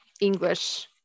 English